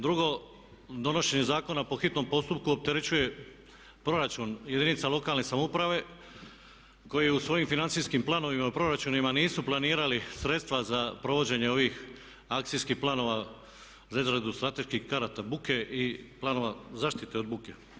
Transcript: Drugo, donošenje zakona po hitnom postupku opterećuje proračun jedinica lokalne samouprave koji u svojim financijskim planovima i proračunima nisu planirali sredstva za provođenje ovih akcijskih planova za izradu strateških karata buke i planova zaštite od buke.